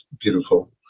beautiful